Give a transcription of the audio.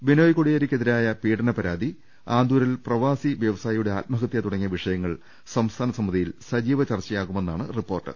ബിനോയ് കോടിയേരിക്കെതിരായ പീഡന പരാതി ആന്തൂ രിൽ പ്രവാസി വൃവസായിയുടെ ആത്മഹത്യ തുടങ്ങിയ വിഷയങ്ങൾ സംസ്ഥാന സമിതിയിൽ സജീവ ചർച്ചയാകു മെന്നാണ് റിപ്പോർട്ട്